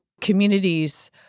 communities